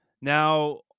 Now